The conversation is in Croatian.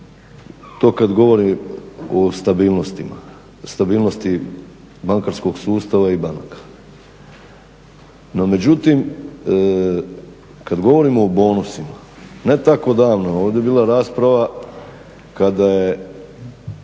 To kad govorim o stabilnostima, stabilnosti bankarskog sustava i banaka. No međutim, kad govorimo o bonusima. Ne tako davno ovdje je bila rasprava kada je